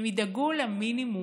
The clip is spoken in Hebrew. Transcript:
הם ידאגו למינימום,